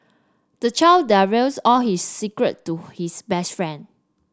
the child divulges all his secret to his best friend